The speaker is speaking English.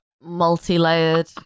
multi-layered